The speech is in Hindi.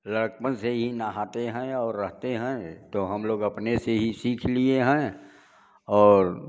लड़कपन से ही नहाते हैं और रहते हैं तो हम लोग अपने से ही सीख लिए हैं और